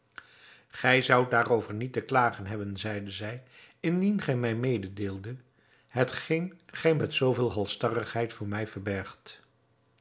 gij zoudt daarover niet te klagen hebben zeide zij indien gij mij mededeeldet hetgeen gij met zooveel halstarrigheid voor mij verbergt